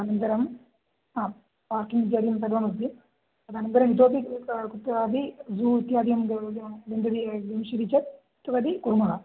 अनन्तरं हा पार्किङ्ग् इत्यादिकं सर्वमस्ति अनन्तरम् इतोपि कुत्रापि ज़ू इत्यादिकं गन्तव्य गमिष्यति चेत् तदपि कुर्मः